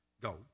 Go